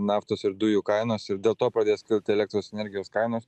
naftos ir dujų kainos ir dėl to pradės kilti elektros energijos kainos